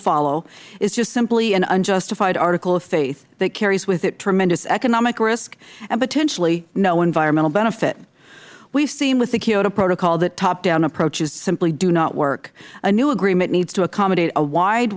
follow is just simply an unjustified article of faith that carries with it tremendous economic risk and potentially no environmental benefit we have seen with the kyoto protocol that top down approaches simply do not work a new agreement needs to accommodate a wide